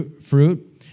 fruit